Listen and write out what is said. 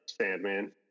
Sandman